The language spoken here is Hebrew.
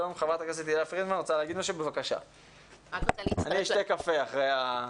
אני רוצה להצטרף לדברים.